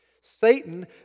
Satan